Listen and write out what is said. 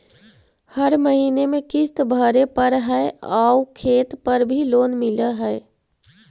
हर महीने में किस्त भरेपरहै आउ खेत पर भी लोन मिल है?